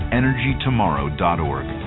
energytomorrow.org